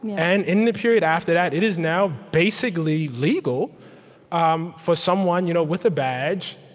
and in the period after that, it is now basically legal um for someone you know with a badge,